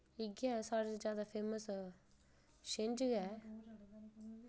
इ'यै साढ़े जैदा फेमस छिंज गै